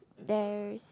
there's